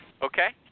okay